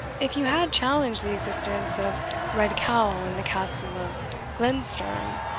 if you had challenged the existence of redcowl in the castle of glenstirym,